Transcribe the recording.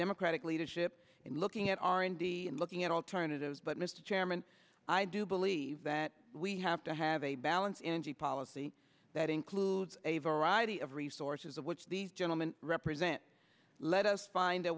democratic leadership in looking at r n d and looking at alternatives but mr chairman i do believe that we have to have a balance in g policy that includes a variety of resources of which these gentlemen represent let us find a